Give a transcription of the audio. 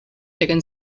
taken